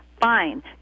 Fine